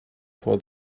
for